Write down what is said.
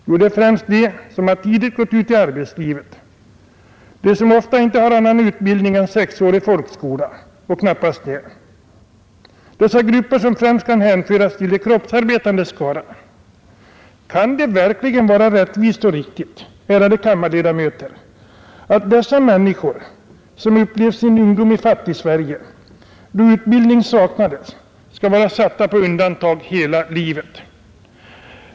Jo, det är främst de som tidigt gått ut i arbetslivet, de som ofta inte har annan utbildning än sexårig folkskola och knappast det, de grupper som främst kan hänföras till de kroppsarbetandes skara. Kan det verkligen vara rättvist och riktigt, ärade kammarledamöter, att dessa människor, som upplevt sin ungdom i Fattigsverige, då utbildning saknades, skall vara satta på undantag hela livet?